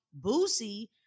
Boosie